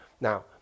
Now